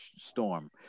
storm